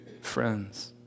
friends